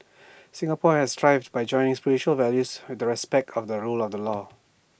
Singapore has thrived by joining spiritual values with the respect of the rule of the law